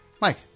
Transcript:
Mike